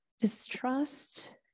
distrust